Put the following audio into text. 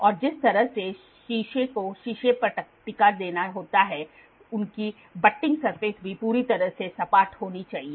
और जिस तरह से शीशे को शीशे पर टिका देना होता है उसकी बटिंग सतह भी पूरी तरह से सपाट होनी चाहिए